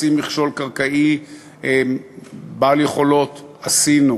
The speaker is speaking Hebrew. לשים מכשול קרקעי בעל יכולות, עשינו.